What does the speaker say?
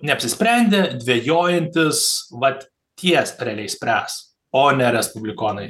neapsisprendę dvejojantis vat ties realiai spręs o ne respublikonai